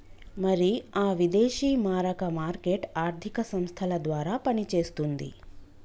మరి ఆ విదేశీ మారక మార్కెట్ ఆర్థిక సంస్థల ద్వారా పనిచేస్తుంది